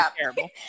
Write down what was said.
terrible